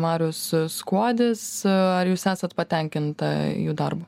marius skuodis ar jūs esat patenkinta jų darbu